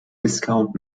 viscount